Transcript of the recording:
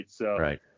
right